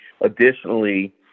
Additionally